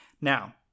Now